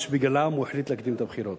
ובגללם הוא החליט להקדים את הבחירות: